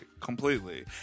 completely